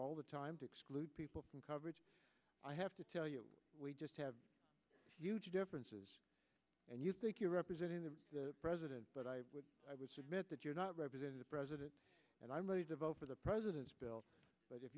all the time to exclude people from coverage i have to tell you we just have huge differences and you think you're representing the president but i meant that you're not representing the president and i'm ready to vote for the president's bill but if